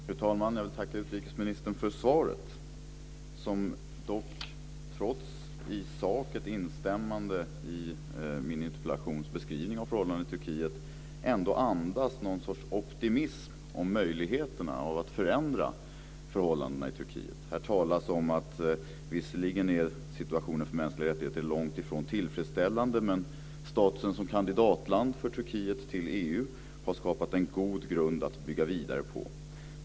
Fru talman! Jag vill tacka utrikesministern för svaret. Trots ett instämmande i sak med min interpellations beskrivning av förhållandena i Turkiet andas det en sorts optimism om möjligheterna att förändra förhållandena i Turkiet. Här talas om att situationen för mänskliga rättigheter visserligen är långt ifrån tillfredsställande men att Turkiets status som kandidatland till EU har skapat en god grund att bygga vidare på.